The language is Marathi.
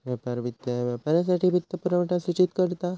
व्यापार वित्त ह्या व्यापारासाठी वित्तपुरवठा सूचित करता